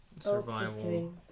Survival